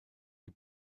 die